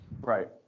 right